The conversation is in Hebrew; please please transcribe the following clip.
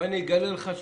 בוא ואגלה לך,